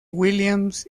williams